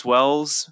Wells